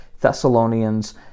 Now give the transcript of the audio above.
Thessalonians